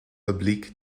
oblique